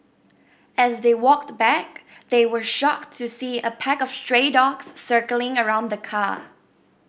as they walked back they were shocked to see a pack of stray dogs circling around the car